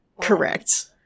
Correct